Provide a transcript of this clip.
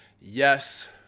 Yes